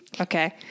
Okay